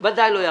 או 20%.